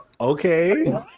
Okay